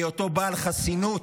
מהיותו בעל חסינות,